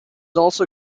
also